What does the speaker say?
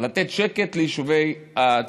לתת שקט ליישובי הצפון.